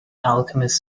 alchemist